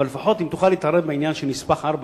אבל לפחות אם תוכל להתערב בעניין של נספח 4